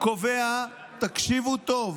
קובע, תקשיבו טוב,